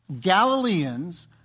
Galileans